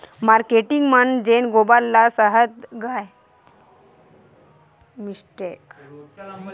marketing मन जेन गोबर ल सइत के छेना थोपथे उहीं छेना ह खाना पिना बनाए के ईधन के रुप म काम आथे